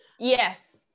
yes